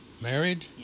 Married